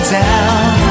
down